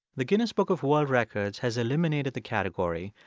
the guinness book of world records has eliminated the category,